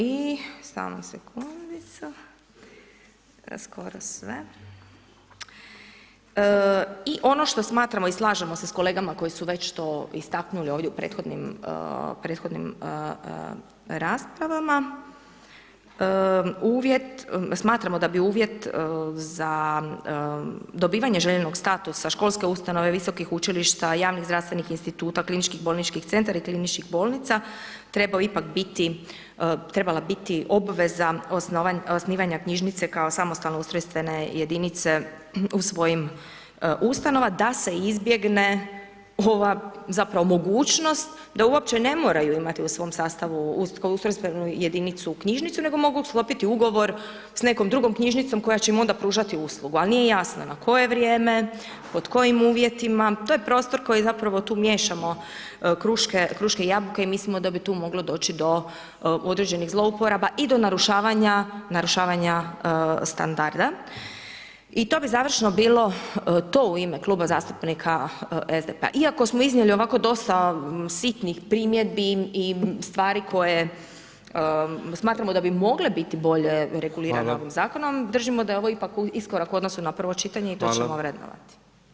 I ono što smatramo i slažemo sa kolegama koji su već to istaknuli ovdje prethodnim raspravama, smatramo da bi uvjet za dobivanje željenog statusa školske ustanove, visokih učilišta, javnih zdravstvenih instituta, klinički bolnički centar i kliničkih bolnica, trebala biti obveza osnivanja knjižnice kao samostalno ustrojstvene jedinice u svojim ustanovama da se izbjegne ova zapravo mogućnost da uopće ne moraju imati u svom sastavu ustrojstvenu jedinicu, knjižnicu, nego mogu sklopiti ugovor sa nekom drugom knjižnicom koja će mu onda pružati uslugu ali jasno na koje vrijeme, pod kojim uvjetima, to je prostor koji zapravo tu miješamo kruške i jabuke i mislimo da bi tu moglo doći do određenih zlouporaba i do narušavanja standarda i to bi završno bilo to u ime Kluba zastupnika SDP-a iako smo iznijeli ovako dosta sitnih primjedbi i stvari koje smatramo da bi mogle biti bolje regulirano ovim zakonom, držimo da je ovo ipak iskorak u odnosu na prvo čitanje i to ćemo vrednovati.